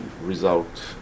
result